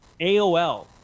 AOL